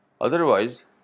Otherwise